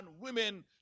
women